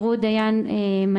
עדי אבירם,